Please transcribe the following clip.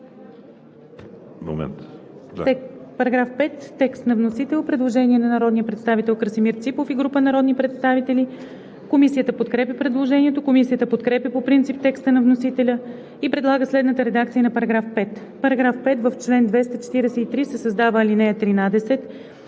По § 5 има предложение на народния представител Красимир Ципов и група народни представители. Комисията подкрепя предложението. Комисията подкрепя по принцип текста на вносителя и предлага следната редакция на § 5: „§ 5. В чл. 243 се създава ал. 13: